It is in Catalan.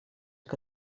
que